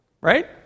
Right